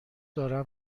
دارم